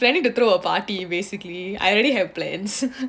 planning to throw a party basically I already have plans